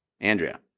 Andrea